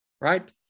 right